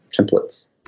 templates